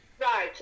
Right